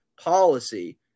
policy